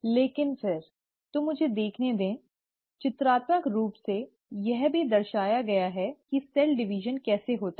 लेकिन फिर तो मुझे देखने दो चित्रात्मक रूप से यह भी दर्शाया गया है कि कोशिका विभाजन कैसे होता है